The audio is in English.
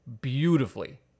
beautifully